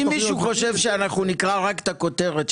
אם מישהו חושב שאנחנו נקרא רק את הכותרת,